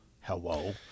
Hello